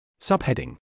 Subheading